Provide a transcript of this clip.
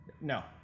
No